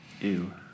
Ew